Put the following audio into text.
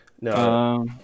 No